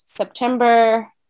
September